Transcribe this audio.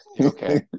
Okay